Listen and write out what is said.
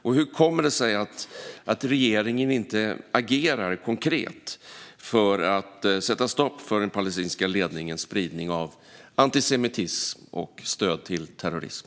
Och hur kommer det sig att regeringen inte agerar konkret för att sätta stopp för den palestinska ledningens spridning av antisemitism och stöd till terrorism?